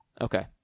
Okay